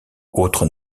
autres